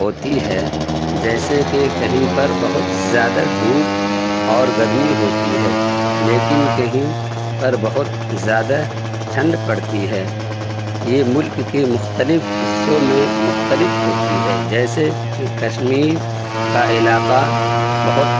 ہوتی ہے جیسے کہ کہیں پر بہت زیادہ دھوپ اور گرمی ہوتی ہے لیکن کہیں پر بہت زیادہ ٹھنڈ پڑتی ہے یہ ملک کے مختلف حصوں میں مختلف ہوتی ہے جیسے کہ کشمیر کا علاقہ بہت